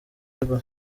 bieber